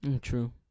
True